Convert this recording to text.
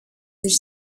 which